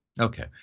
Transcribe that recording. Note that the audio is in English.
Okay